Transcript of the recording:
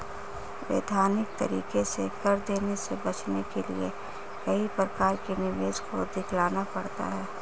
वैधानिक तरीके से कर देने से बचने के लिए कई प्रकार के निवेश को दिखलाना पड़ता है